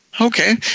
Okay